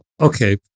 Okay